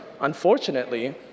unfortunately